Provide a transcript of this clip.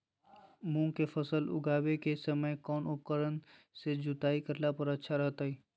मूंग के फसल लगावे के समय कौन उपकरण से जुताई करला पर अच्छा रहतय?